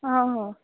ਹਾਂ ਹਾਂ